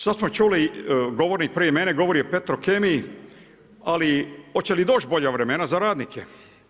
Sada smo čuli govornik prije mene govori o Petrokemiji, ali hoće li doći bolja vremena za radnike.